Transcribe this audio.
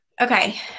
Okay